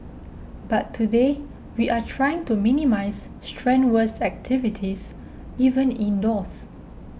but today we are trying to minimise strenuous activities even indoors